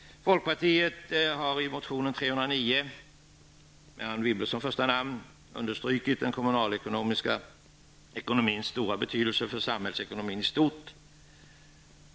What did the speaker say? Folkpartiet har i motion 309 med Anne Wibble som första namn understrukit den kommunala ekonomins stora betydelse för samhällsekonomin i stort.